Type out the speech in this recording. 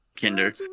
Kinder